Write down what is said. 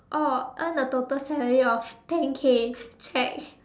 oh earn a total salary of ten K check